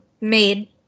made